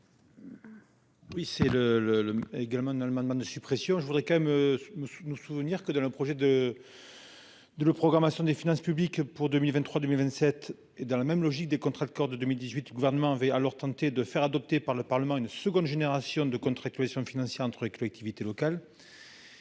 le le également dans l'amendement de suppression. Je voudrais quand même monsieur nous souvenir que de leur projet de. De programmation des finances publiques pour 2023 2027 et dans la même logique des contrats de corps de 2018 le gouvernement avait alors tenté de faire adopter par le Parlement une seconde génération de contre-Exposition financier entre et collectivités locales.